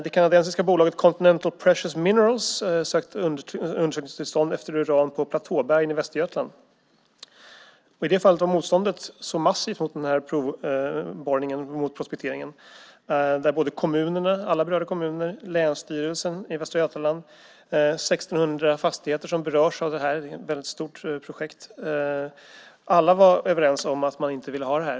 Det kanadensiska bolaget Continental Precious Minerals sökte undersökningstillstånd när det gällde uran på platåbergen i Västergötland. I det fallet var motståndet massivt mot den här provborrningen, mot prospekteringen. Det gällde alla berörda kommuner, länsstyrelsen i Västra Götaland och 1 600 fastigheter som berördes av det här - det var ett väldigt stort projekt. Alla var överens om att man inte ville ha det här.